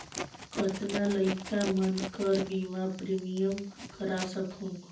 कतना लइका मन कर बीमा प्रीमियम करा सकहुं?